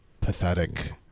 pathetic